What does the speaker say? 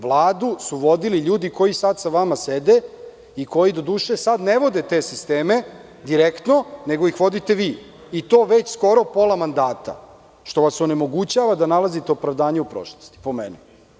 Vladu su vodili ljudi koji sada sa vama sede i koji doduše ne vode sisteme direktno, nego ih vodite vi i to već skoro pola mandata, što vas onemogućava da nalazite opravdanje u prošlosti, po meni.